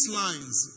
lines